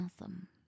awesome